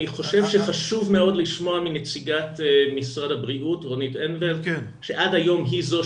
אני מקווה שאתה נשאר אתנו כי יכול להיות שיהיו נושאים